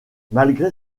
malgré